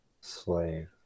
slave